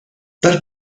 tal